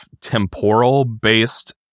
temporal-based